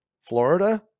Florida